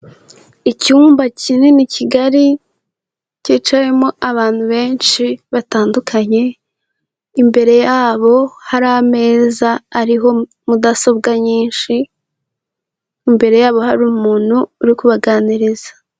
Icyumba kinini kigali, cyicayemo abantu benshi, batandukanye. Imbere yabo hari ameza ariho, mudasobwa nyinshi. Imbere yabo hari umuntu, uri kubaganiriza.